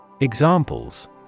Examples